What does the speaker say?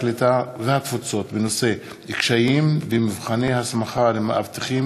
הקליטה והתפוצות בנושא קשיים במבחני הסמכה למאבטחים